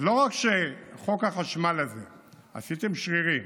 לא רק שבחוק החשמל עשיתם שרירים